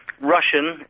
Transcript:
Russian